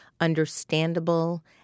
understandable